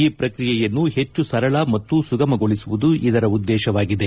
ಈ ಪ್ರಕ್ರಿಯೆಯನ್ನು ಹೆಚ್ಚು ಸರಳ ಮತ್ತು ಸುಗಮಗೊಳಿಸುವುದು ಇದರ ಉದ್ದೇಶವಾಗಿದೆ